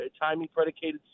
timing-predicated